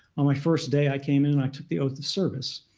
on my first day, i came in and i took the oath of service.